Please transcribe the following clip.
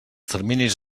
terminis